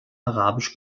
arabisch